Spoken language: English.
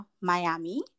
Miami